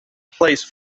place